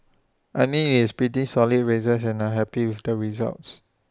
I mean it's pretty solid races and I'm happy with the results